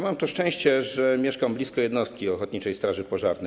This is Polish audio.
Mam to szczęście, że mieszkam blisko jednostki ochotniczej straży pożarnej.